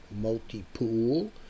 Multi-Pool